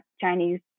Chinese